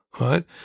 Right